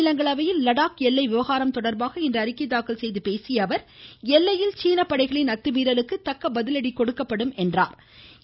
மாநிலங்களவையில் லடாக் எல்லை விவகாரம் தொடா்பாக இன்று அறிக்கை தாக்கல் செய்து பேசிய அவர் எல்லையில் சீன படைகளின் அத்துமீறலுக்கு தக்க பதிலடி கொடுக்கப்படும் என்றும் அவர் கூறினார்